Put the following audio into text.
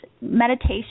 meditation